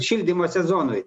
šildymo sezonui